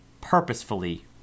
purposefully